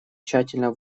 тщательно